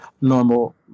normal